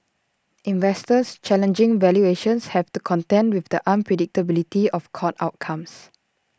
investors challenging valuations have to contend with the unpredictability of court outcomes